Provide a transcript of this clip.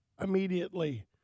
immediately